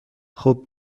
خوب